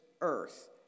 earth